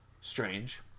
Strange